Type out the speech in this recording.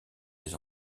les